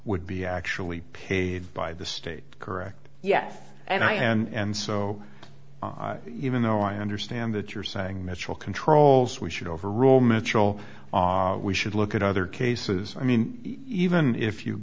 would be actually paid by the state correct yes and i and so even though i understand that you're saying mitchell controls we should overrule mitchell we should look at other cases i mean even if you